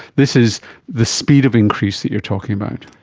this is the speed of increase that you're talking about.